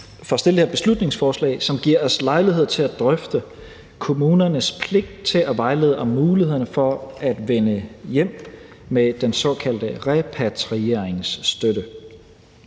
for at fremsætte det her beslutningsforslag, som giver os lejlighed til at drøfte kommunernes pligt til at vejlede om mulighederne for at vende hjem med den såkaldte repatrieringsstøtte.